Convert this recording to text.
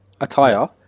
attire